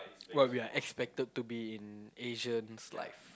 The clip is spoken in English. what we are expected to be in Asians life